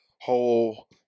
whole